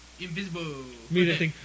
Invisible